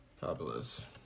Fabulous